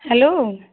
hello